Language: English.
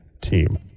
team